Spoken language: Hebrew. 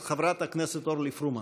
אז חברת הכנסת אורלי פרומן.